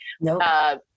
No